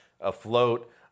afloat